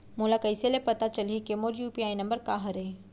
मोला कइसे ले पता चलही के मोर यू.पी.आई नंबर का हरे?